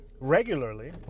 regularly